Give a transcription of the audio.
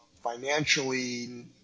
financially